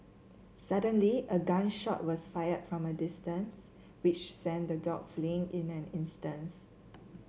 suddenly a gun shot was fired from a distance which sent the dogs fleeing in an instant